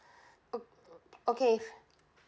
o~ okay